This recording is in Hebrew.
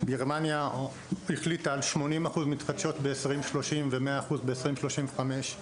גרמניה החליטה על 80% מתחדשות ב-2030 ו-100% ב-2035.